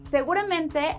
Seguramente